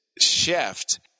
shift